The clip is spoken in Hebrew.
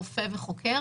רופא וחוקר,